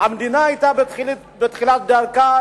המדינה היתה בתחילת דרכה,